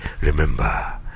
Remember